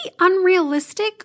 unrealistic